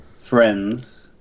Friends